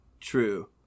true